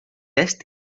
est